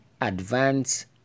advance